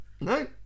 No